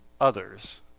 others